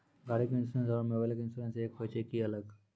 गाड़ी के इंश्योरेंस और मोबाइल के इंश्योरेंस एक होय छै कि अलग?